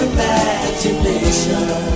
Imagination